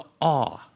awe